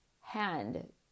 hand